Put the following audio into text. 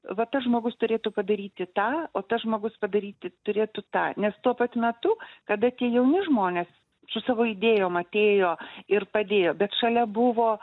va tas žmogus turėtų padaryti tą o tas žmogus padaryti turėtų tą nes tuo pat metu kada tie jauni žmonės su savo idėjom atėjo ir padėjo bet šalia buvo